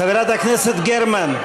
חברת הכנסת גרמן.